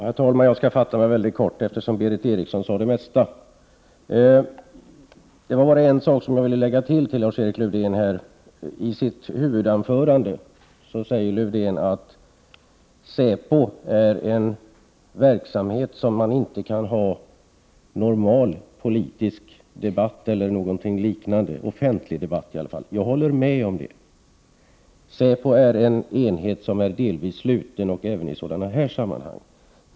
Herr talman! Jag skall fatta mig mycket kort, eftersom Berith Eriksson sade det mesta. Det är bara en sak som jag vill tillägga till Lars-Erik Lövdén. I sitt huvudanförande sade Lövdén att säpos verksamhet är någontingsom Prot. 1988/89:120 man inte kan ha normal offentlig debatt om. Jag håller med om det. Säpo är 24 maj 1989 en enhet som delvis är sluten, även i sådana här sammanhang.